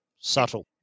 Subtle